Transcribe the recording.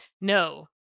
No